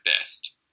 best